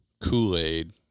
kool-aid